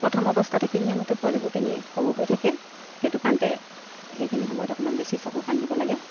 প্ৰথম অৱস্থাতে কিনি আনোতে পোৱালিবোৰ তেনে সৰু হৈ থাকে সেইটো কাৰণতে সেইখিনি সময়ত অকণমান বেছি চকু কাণ দিব লাগে